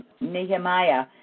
Nehemiah